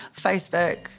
Facebook